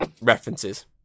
references